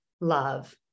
love